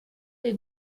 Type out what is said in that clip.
dei